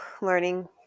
learning